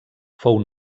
fou